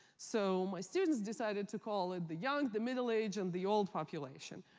so my students decided to call it the young, the middle age, and the old population.